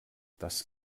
das